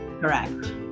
Correct